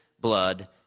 blood